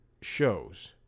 shows